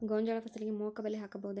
ಗೋಂಜಾಳ ಫಸಲಿಗೆ ಮೋಹಕ ಬಲೆ ಹಾಕಬಹುದೇ?